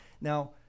Now